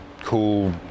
cool